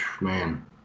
Man